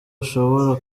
ushobora